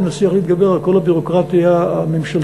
אם נצליח להתגבר על כל הביורוקרטיה הממשלתית,